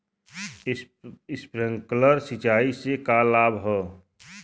Sprinkler सिंचाई से का का लाभ ह?